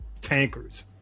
tankers